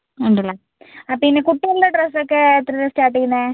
ഉണ്ടല്ലേ ആ പിന്നെ കുട്ടികളുടെ ഡ്രസ്സ് ഒക്കെ എത്രയിനാണ് സ്റ്റാർട്ട് ചെയ്യുന്നത്